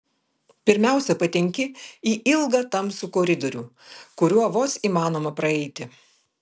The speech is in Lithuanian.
pirmiausia patenki į ilgą tamsų koridorių kuriuo vos įmanoma praeiti